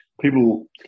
people